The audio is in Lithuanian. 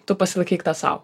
tu pasilaikyk tą sau